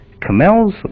Camel's